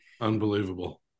Unbelievable